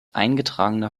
eingetragener